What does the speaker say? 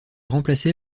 remplacé